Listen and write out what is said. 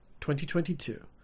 2022